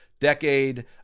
decade